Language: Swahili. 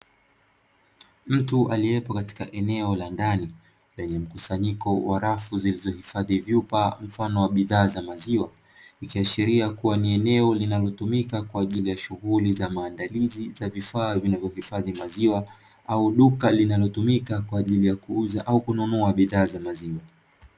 Mtu aliyepo katika eneo la ndani lenye mkusanyiko wa rafu zilizohifadhi vyupa mfano wa bidhaa za maziwa. Ikiashiria kuwa ni eneo linalotumika kwa ajili ya shughuli za maandalizi za vifaa vinavyohifadhi maziwa au duka linalotumika kwa ajili ya kuuza au kununua bidhaa za maziwa.